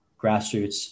grassroots